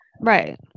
Right